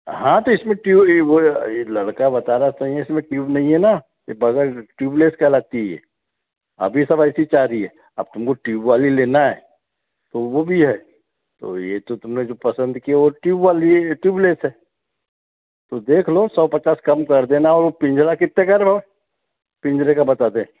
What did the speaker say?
हाँ तो उसमे ट्यूब ये वो ये लड़का बता रहा इसमें ट्यूब नहीं है ना यह वगैर ट्यूबलेस कहलाती है अभी सब ऐसीच आ रही है अब तुमको ट्यूब वाली लेना है तो वो भी है तो ये तो तुमने जो पसंद कि है वो ट्यूब वाली ट्यूबलेस है तो देख लो सौ पचास कम कर देना और वह पिंजरा कितने का है रे भाऊ वो पिंजरे का बता दे